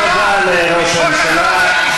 תודה לראש הממשלה.